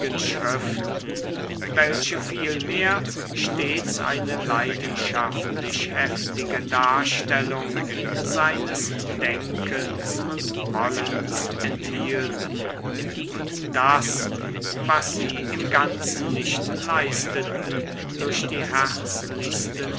schriften welche vielmehr stets eine leidenschaftlich heftige darstellung seines denkens und wollens enthielten und das was sie im ganzen nicht leisteten durch die